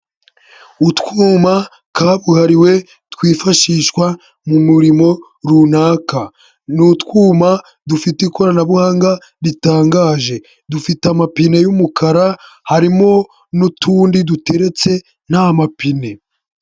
Utwuma kabuhariwe twifashishwa mu murimo runaka. Ni utwuma dufite ikoranabuhanga ritangaje. Dufite amapine y'umukara, harimo n'utundi duteretse nta mapine.